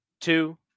two